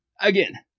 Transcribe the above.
Again